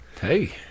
Hey